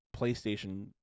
PlayStation